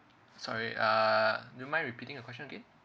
sorry uh do you mind repeating your question again